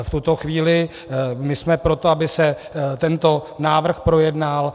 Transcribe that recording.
V tuto chvíli my jsme pro to, aby se tento návrh projednal.